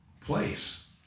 place